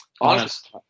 honest